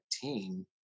team